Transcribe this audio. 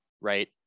right